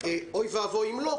אוי ואבוי אם לא,